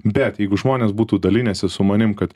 bet jeigu žmonės būtų dalinęsi su manim kad